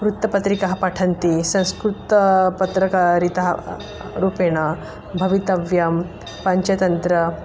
वृत्तपत्रिकाः पठन्ति संस्कृतं पत्रकारीरूपेण भवितव्यं पञ्चतन्त्रं